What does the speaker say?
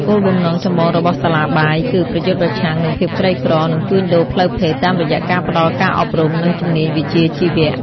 គោលបំណងចម្បងរបស់សាលាបាយគឺ ប្រយុទ្ធប្រឆាំងនឹងភាពក្រីក្រ និងជួញដូរផ្លូវភេទ តាមរយៈការផ្តល់ការអប់រំ និងជំនាញវិជ្ជាជីវៈ។